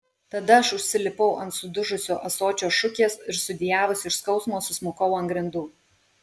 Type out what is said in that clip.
tada aš užsilipau ant sudužusio ąsočio šukės ir sudejavusi iš skausmo susmukau ant grindų